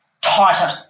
tighter